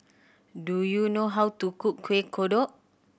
do you know how to cook Kuih Kodok